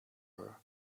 her